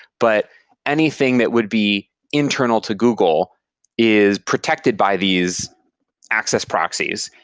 but anything that would be internal to google is protected by these access proxies,